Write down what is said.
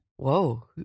Whoa